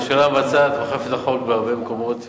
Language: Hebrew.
הממשלה מבצעת ואוכפת את החוק בהרבה מקומות.